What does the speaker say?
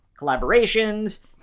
collaborations